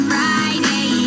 Friday